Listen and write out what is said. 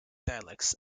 dialects